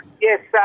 Yes